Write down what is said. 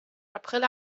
april